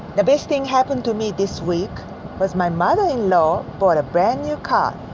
the best thing happened to me this week was my mother-in-law bought a brand new car.